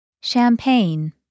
Champagne